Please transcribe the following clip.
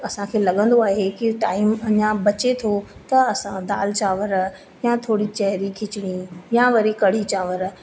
असांखे लगंदो आहे की टाइम अञा बचे थो त असां दालि चांवर या थोरी चहरी खिचड़ी या वरी कढ़ी चांवर